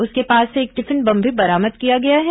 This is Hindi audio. उसके पास से एक टिफिन बम भी बरामद किया गया है